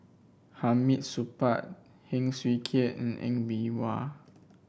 Hamid Supaat Heng Swee Keat and Ng Bee Kia